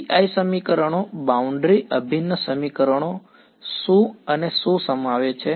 BI સમીકરણો boundary અભિન્ન સમીકરણો શું અને શું સમાવે છે